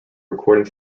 recording